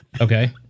Okay